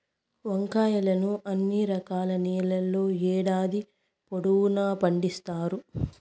వంకాయలను అన్ని రకాల నేలల్లో ఏడాది పొడవునా పండిత్తారు